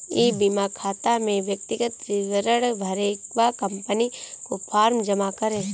ई बीमा खाता में व्यक्तिगत विवरण भरें व कंपनी को फॉर्म जमा करें